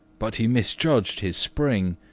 but he misjudged his spring,